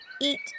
eat